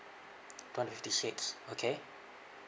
two hundred fifty six okay